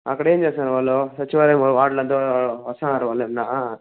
అక్కడ ఏం చేస్తున్నారు వాళ్ళు సచివాలయం వాళ్ళంతా వస్తున్నారా వాళ్ళేమన్నా